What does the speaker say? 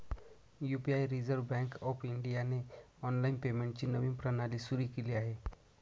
UPI reserve bank of इंडियाने online पेमेंटची नवीन प्रणाली सुरू केली आहे